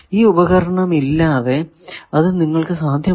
ഈ ഉപകരണമില്ലാതെ അത് നിങ്ങൾക്കു സാധ്യമല്ല